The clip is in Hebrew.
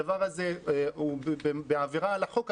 אגב, הדבר הזה הוא עבירה על החוק.